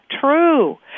true